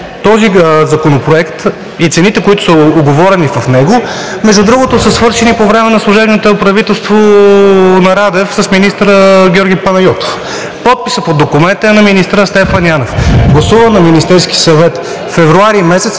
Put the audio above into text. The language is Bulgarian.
този законопроект и цените, които са уговорени в него, между другото, са свършени по време на служебното правителство на Радев с министър Георги Панайотов. Подписът под документа е на министъра Стефан Янев. Гласуван на Министерски съвет февруари месец